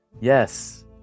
yes